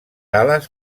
ales